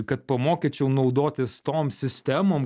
kad pamokyčiau naudotis tom sistemom